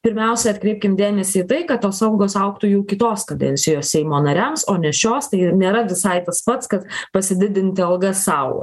pirmiausia atkreipkim dėmesį į tai kad tos algos augtų jau kitos kadencijos seimo nariams o ne šios tai ir nėra visai tas pats kas pasididinti algas sau